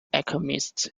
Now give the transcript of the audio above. alchemist